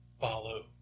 follow